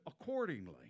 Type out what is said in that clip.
accordingly